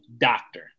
doctor